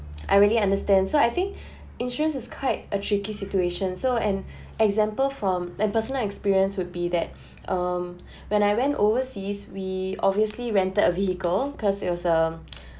I really understand so I think insurance is quite a tricky situation so an example from an personal experience would be that um when I went overseas we obviously rented a vehicle because it was uh